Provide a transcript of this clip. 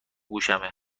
گوشمه